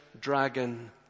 dragon